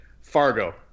Fargo